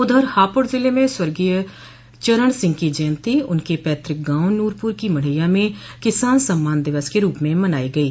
उधर हापुड़ ज़िले में स्वर्गीय चरण सिंह की जयंती उनके पैतृक गांव नूरपुर की मढैया में भी किसान सम्मान दिवस के रूप में मनायी गयी